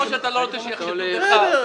כמו שאתה לא רוצה שיחשדו בך --- בסדר,